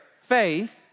faith